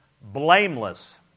blameless